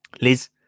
Liz